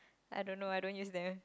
I don't know I don't use them